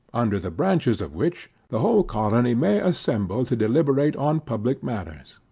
under the branches of which, the whole colony may assemble to deliberate on public matters.